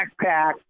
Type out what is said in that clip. backpack